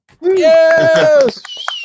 Yes